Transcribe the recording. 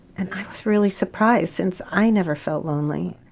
and i was really surprised, since i never felt lonely.